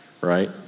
right